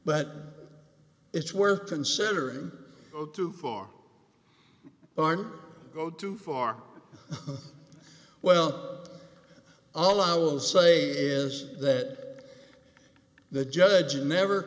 but it's worth considering go too far or go too far well all i will say is that the judge never